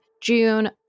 June